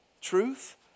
truth